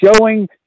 showing